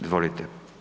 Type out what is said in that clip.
Izvolite.